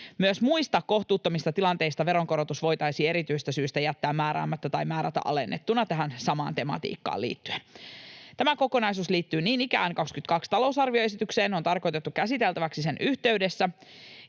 Myös muista kohtuuttomista tilanteista veronkorotus voitaisiin erityisestä syystä jättää määräämättä tai määrätä alennettuna tähän samaan tematiikkaan liittyen. Tämä kokonaisuus liittyy niin ikään vuoden 22 talousarvioesitykseen ja on tarkoitettu käsiteltäväksi sen yhteydessä.